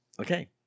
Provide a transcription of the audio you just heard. Okay